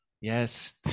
yes